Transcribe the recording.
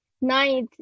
night